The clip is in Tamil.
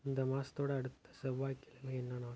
இந்த மாதத்தோட அடுத்த செவ்வாய்க்கிழமை என்ன நாள்